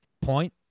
point